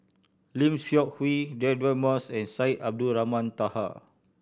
Lim Seok Hui Deirdre Moss and Syed Abdulrahman Taha